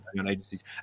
agencies